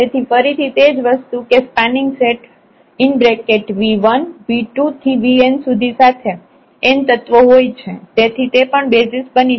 તેથી ફરીથી તેજ વસ્તુ કે સ્પાનિંગ સેટ v1v2vn સાથે n તત્વો હોય તેથી તે પણ બેસિઝ બની શકે